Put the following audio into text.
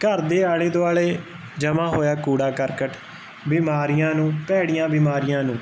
ਘਰ ਦੇ ਆਲੇ ਦੁਆਲੇ ਜਮਾ ਹੋਇਆ ਕੂੜਾ ਕਰਕਟ ਬਿਮਾਰੀਆਂ ਨੂੰ ਭੈੜੀਆਂ ਬਿਮਾਰੀਆਂ ਨੂੰ